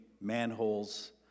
manholes